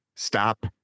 stop